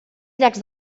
llacs